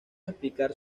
explicar